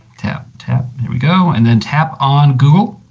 tap, tap, here we go and then tap on google.